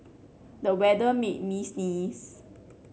the weather made me sneeze